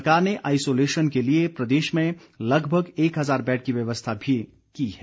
सरकार ने आईसोलेशन के लिए प्रदेश में लगभग एक हजार बैड की व्यवस्था भी की है